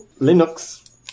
Linux